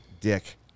dick